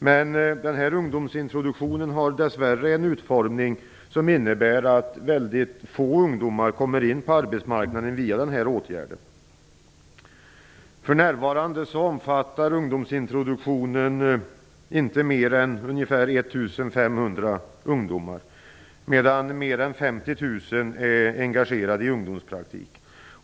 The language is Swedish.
Men denna har dess värre en utformning som innebär att väldigt få ungdomar kommer in på arbetsmarknaden via denna åtgärd. För närvarande omfattar ungdomsintroduktionen inte mer än ungefär 1 500 ungdomar, medan mer än 50 000 är engagerade i ungdomspraktik.